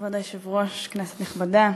כבוד היושב-ראש, כנסת נכבדה,